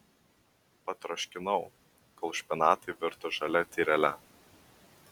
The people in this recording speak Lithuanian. patroškinau kol špinatai virto žalia tyrele